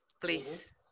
please